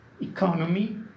economy